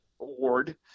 award